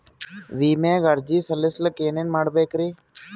ವಿಮೆಗೆ ಅರ್ಜಿ ಸಲ್ಲಿಸಕ ಏನೇನ್ ಮಾಡ್ಬೇಕ್ರಿ?